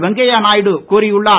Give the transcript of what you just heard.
வெங்கைய நாயுடு கூறியுள்ளார்